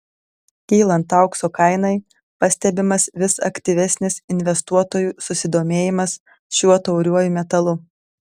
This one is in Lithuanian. kylant aukso kainai pastebimas vis aktyvesnis investuotojų susidomėjimas šiuo tauriuoju metalu